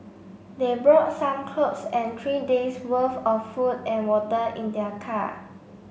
they brought some clothes and three days' worth of food and water in their car